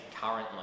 currently